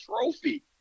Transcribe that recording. trophy